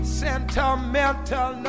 sentimental